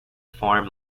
farm